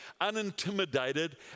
unintimidated